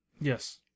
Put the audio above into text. Yes